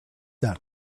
that